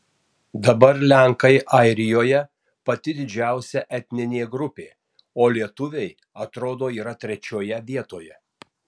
dabar lenkai airijoje pati didžiausia etninė grupė o lietuviai atrodo yra trečioje vietoje